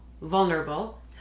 vulnerable